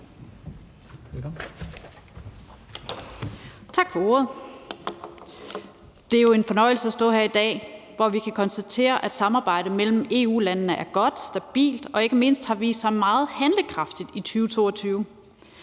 Tak for ordet. Det er jo en fornøjelse at stå her i dag, hvor vi kan konstatere, at samarbejdet mellem EU-landene er godt, stabilt og ikke mindst har vist sig meget handlekraftigt i 2022.